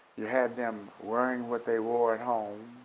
you had them wearing what they wore at home.